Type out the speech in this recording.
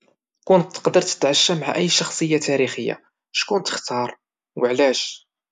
كون تقدر تتعشى مع أي شخصية تاريخية، شكون تختار وعلاش؟